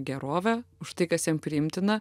gerovę už tai kas jiem priimtina